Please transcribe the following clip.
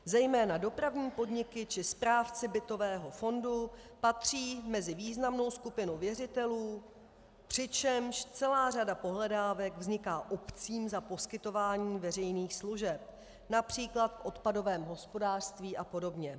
... zejména dopravní podniky či správci bytového fondu, patří mezi významnou skupinu věřitelů, přičemž celá řada pohledávek vzniká obcím za poskytování veřejných služeb, například v odpadovém hospodářství apod.